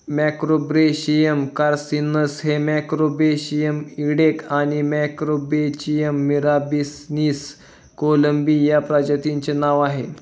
Macrobrachium कार्सिनस हे मॅक्रोब्रेशियम इडेक आणि मॅक्रोब्रॅचियम मिराबिलिस कोळंबी या प्रजातींचे नाव आहे